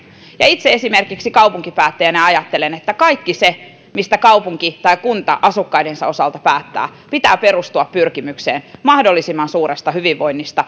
ja esimerkiksi itse kaupunkipäättäjänä ajattelen että kaiken sen mistä kaupunki tai kunta asukkaidensa osalta päättää pitää perustua pyrkimykseen mahdollisimman suureen hyvinvointiin